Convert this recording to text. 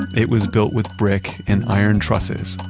it was built with brick and iron trusses,